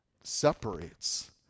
separates